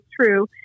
true